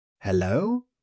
Hello